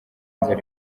nzeri